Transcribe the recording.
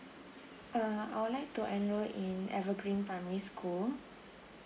uh I would like to enroll in evergreen primary school